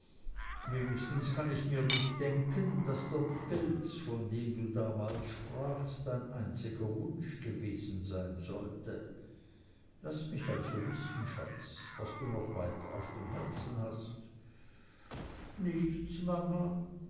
wenigstens kann ich mir nicht denken daß der pelz von dem du damals sprachst dein einziger wunsch gewesen sein sollte laß mich also wissen schatz was du noch weiter auf dem herzen hast nichts mama